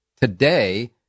Today